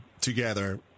together